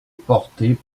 portée